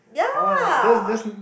ya